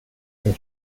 sin